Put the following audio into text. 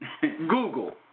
Google